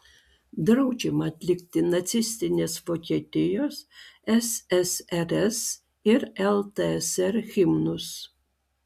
draudžiama atlikti nacistinės vokietijos ssrs ir ltsr himnus